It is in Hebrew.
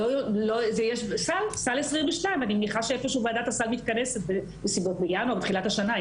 סל 22 אני מניחה שוועדת הסל מתכנסת בתחילת השנה,